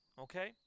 Okay